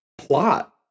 Plot